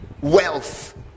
wealth